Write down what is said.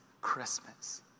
Christmas